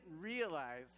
realize